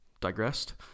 digressed